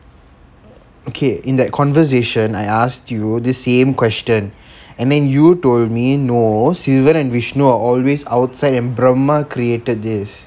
okay in that conversation I asked you the same question and then you told me no sivan and vishnu are always outside and brahma created this